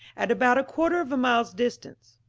at about a quarter of a mile's distance.